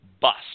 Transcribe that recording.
bust